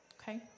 okay